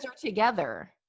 together